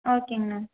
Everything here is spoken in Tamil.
ஓகேங்ண்ணா